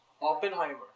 Oppenheimer